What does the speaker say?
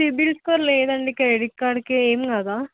CIBIL score లేదండి credit కార్డుకి ఏమి కాదా